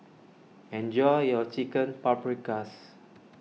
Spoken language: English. enjoy your Chicken Paprikas